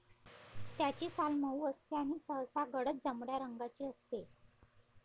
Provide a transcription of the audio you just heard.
त्याची साल मऊ असते आणि सहसा गडद जांभळ्या रंगाची असते